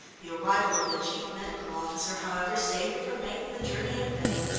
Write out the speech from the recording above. the arrival of the chief medical officer, however, saved her from making the journey in vain.